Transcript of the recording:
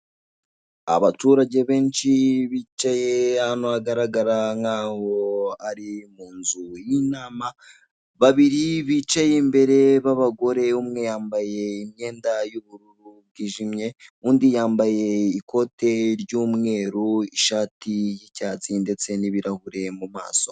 Abaturage benshi bicaye ahantu hagaragara nkaho ari mu nzu y'inama, babiri bicaye imbere b'abagore umwe yambaye imyenda y'ubururu bwijimye, undi yambaye ikote ry'umweru, ishati y'icyatsi ndetse n'ibirahure mu maso.